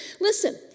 Listen